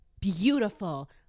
beautiful